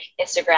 Instagram